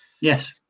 Yes